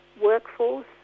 workforce